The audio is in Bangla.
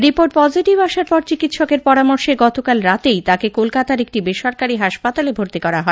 রিপোর্ট পজিটিভ আসার পর চিকিৎসকের পরামর্শে গতকাল রাতেই তাঁকে কলকাতার একটি বেসরকারী হাসপাতালে ভর্তি করা হয়